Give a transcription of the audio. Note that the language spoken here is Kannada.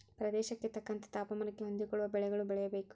ಪ್ರದೇಶಕ್ಕೆ ತಕ್ಕಂತೆ ತಾಪಮಾನಕ್ಕೆ ಹೊಂದಿಕೊಳ್ಳುವ ಬೆಳೆಗಳು ಬೆಳೆಯಬೇಕು